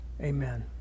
amen